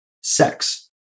sex